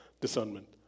discernment